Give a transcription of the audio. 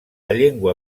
llengua